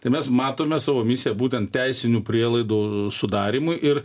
tai mes matome savo misiją būtent teisinių prielaidų sudarymui ir